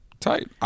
Tight